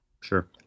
Sure